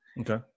Okay